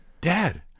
Dad